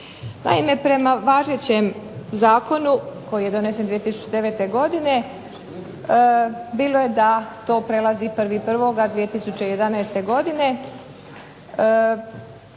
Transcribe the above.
Naime, prema važećem zakonu koji je donesen 2009. godine bilo je da to prelazi 1. 1. 2011. godine,